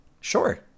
Sure